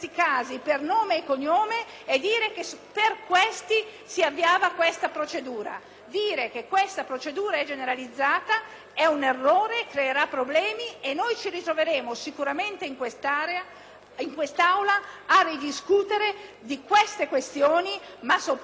Dire che questa procedura è generalizzata è un errore, creerà problemi, e noi ci ritroveremo sicuramente in questa Aula a ridiscutere di tali questioni, ma soprattutto della questione che non ci può essere un condono tombale. Come facciamo a dire